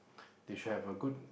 they should have a good